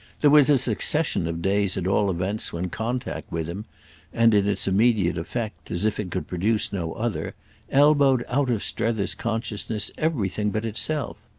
there was a succession of days at all events when contact with him and in its immediate effect, as if it could produce no other elbowed out of strether's consciousness everything but itself.